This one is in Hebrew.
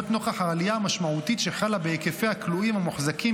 נוכח העלייה המשמעותית שחלה בהיקפי הכלואים המוחזקים